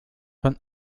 von